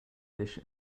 fish